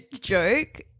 joke